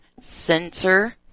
sensor